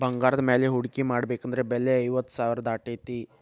ಬಂಗಾರದ ಮ್ಯಾಲೆ ಹೂಡ್ಕಿ ಮಾಡ್ಬೆಕಂದ್ರ ಬೆಲೆ ಐವತ್ತ್ ಸಾವ್ರಾ ದಾಟೇತಿ